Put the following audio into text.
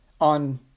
on